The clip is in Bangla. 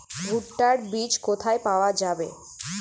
ভুট্টার বিজ কোথায় পাওয়া যাবে?